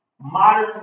modern